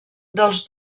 dels